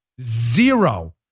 zero